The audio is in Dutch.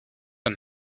hem